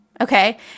Okay